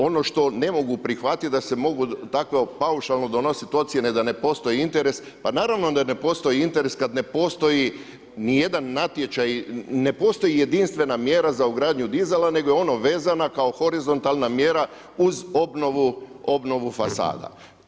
Ono što ne mogu prihvatiti da se mogu tako paušalno donosit ocjene da ne postoji interes, pa naravno da ne postoji interes kad ne postoji ni jedan natječaj ne postoji jedinstvena mjera za ugradnju dizala nego je ono vezana kao horizontalna mjera uz obnovu fasada.